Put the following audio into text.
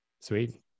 Sweet